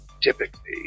typically